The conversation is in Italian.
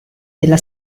della